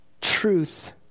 truth